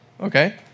okay